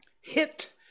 Hit